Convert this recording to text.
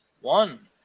One